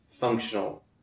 functional